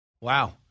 Wow